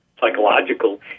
psychological